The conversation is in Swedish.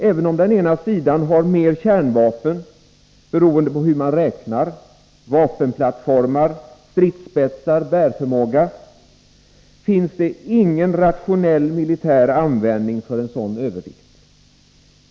Även om den ena sidan har mer kärnvapeu, beroende på hur man räknar — vapenplattformar, stridsspetsar, bärtoynåga ——— finns det ingen rationell militär användning för en sådan övervikt.